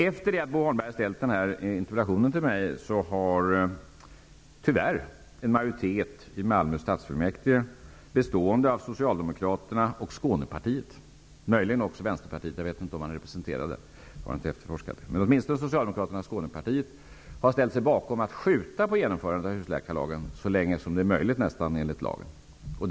Efter det att Bo Holmberg ställde den här interpellationen till mig har tyvärr en majoritet i Malmö stadsfullmäktige ställt sig bakom att skjuta på genomförandet av husläkarlagen nästan så länge som det är möjligt enligt lagen. Majoriteten består av Socialdemokraterna och Skånepartiet, möjligen också Vänsterpartiet. Jag vet inte om Vänsterpartiet är representerat där. Det har jag inte efterforskat.